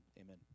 Amen